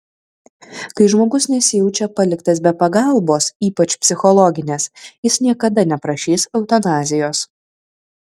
kai žmogus nesijaučia paliktas be pagalbos ypač psichologinės jis niekada neprašys eutanazijos